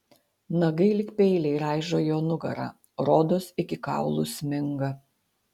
nagai lyg peiliai raižo jo nugarą rodos iki kaulų sminga